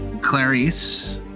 clarice